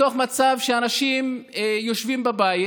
בתוך מצב שאנשים יושבים בבית